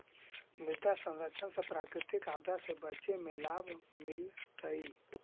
मृदा संरक्षण से प्राकृतिक आपदा से बचे में लाभ मिलतइ